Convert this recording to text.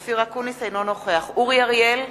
אינו נוכח אורי אריאל,